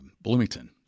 Bloomington